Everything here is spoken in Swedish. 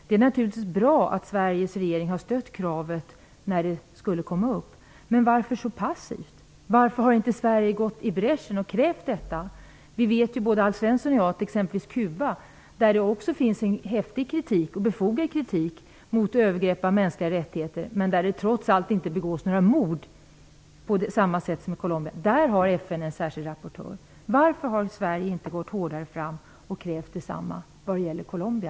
Den är naturligtvis bra att Sveriges regering skulle ha stött kravet om frågan kom upp. Men varför agerar regeringen så passivt? Varför har inte Sverige gått i bräschen och krävt detta? Både Alf Svensson och jag vet att FN har en särkild rapportör i exempelvis Cuba, där det också riktas en häftig och befogad kritik mot övergrepp mot de mänsklga rättigheterna, men där det trots allt inte begås några mord på samma sätt som i Colombia. Varför har Sverige inte gått hårdare fram och krävt detsamma när det gäller Colombia?